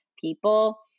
people